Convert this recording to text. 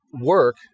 work